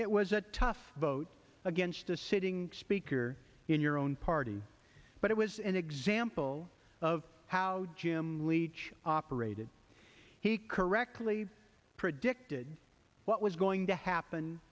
it was a tough vote against a sitting speaker in your own party but it was an example of how jim leach operated he correctly predicted what was going to happen